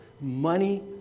money